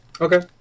Okay